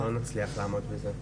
אנחנו לא נצליח לעמוד בזה.